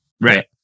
right